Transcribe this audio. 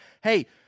hey